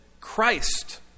Christ